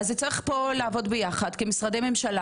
צריך לעבוד יחד כמשרדי ממשלה,